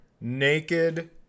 naked